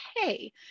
okay